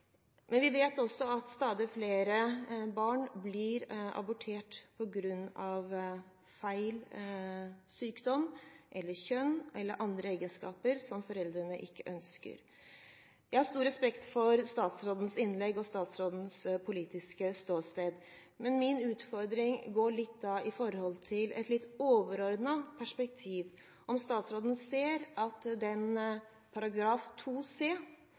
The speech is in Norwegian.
Men vi vet også at stadig flere barn blir abortert på grunn av feil, sykdom, kjønn eller andre egenskaper som foreldrene ikke ønsker. Jeg har stor respekt for statsrådens innlegg og statsrådens politiske ståsted, men min utfordring handler om et litt overordnet perspektiv, om hvorvidt statsråden ser at